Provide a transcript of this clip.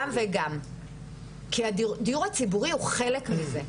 גם וגם, כי הדיור הציבורי הוא חלק מזה.